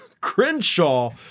Crenshaw